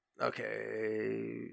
Okay